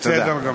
תודה.